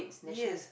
yes